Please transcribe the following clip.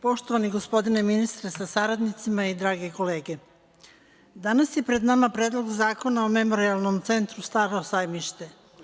Poštovani gospodine ministre sa saradnicima i drage kolege, danas je pred nama Predlog zakona o Memorijalnom centru „Staro Sajmište“